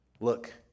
Look